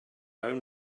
own